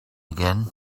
again